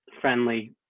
friendly